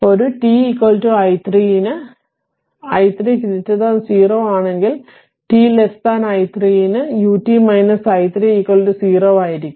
ഒരു t i3 ന് i3 0 ആണെങ്കിൽ t i3 ന് ut i3 0 ആയിരിക്കും